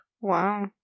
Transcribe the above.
Wow